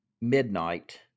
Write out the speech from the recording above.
midnight